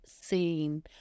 scene